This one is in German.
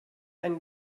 ein